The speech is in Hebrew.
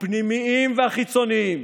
הפנימיים והחיצוניים